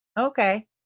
Okay